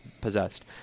possessed